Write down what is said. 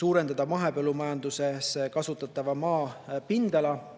suurendada mahepõllumajanduses kasutatava maa pindala,